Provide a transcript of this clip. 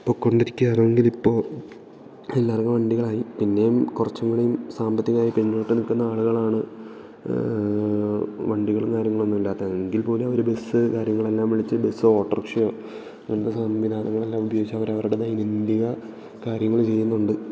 പോയ്ക്കൊണ്ടിരിക്കുകയാണെങ്കിലിപ്പോൾ എല്ലാവർക്കും വണ്ടികളായി പിന്നേയും കുറച്ചും കൂടിയും സാമ്പത്തികായി പിന്നോട്ട് നിൽക്കുന്ന ആളുകളാണ് വണ്ടികളും കാര്യങ്ങളൊന്നും ഇല്ലാത്തവർ എങ്കിൽപ്പോലും അവർ ബസ്സ് കാര്യങ്ങളെല്ലാം വിളിച്ച് ബസ്സോ ഓട്ടോറിക്ഷയോ അങ്ങനത്തെ സംവിധാനങ്ങളെല്ലാം ഉപയോഗിച്ച് അവർ അവരുടെ ദൈനംദിന കാര്യങ്ങൾ ചെയ്യുന്നുണ്ട്